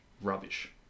rubbish